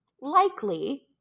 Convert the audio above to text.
likely